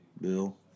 Bill